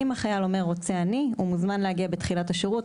אם החייל אומר "רוצה אני" הוא מוזמן להגיע בתחילת השירות,